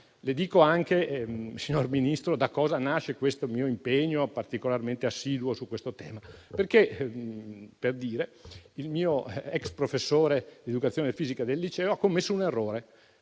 Le spiego anche, signor Ministro, da che cosa nasce questo mio impegno, particolarmente assiduo su questo tema. Il mio ex professore di educazione fisica del liceo ha commesso un errore: